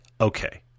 okay